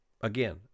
again